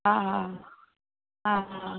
हा हा हा हा